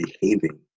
behaving